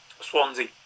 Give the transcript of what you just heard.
Swansea